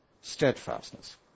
steadfastness